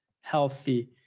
healthy